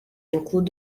include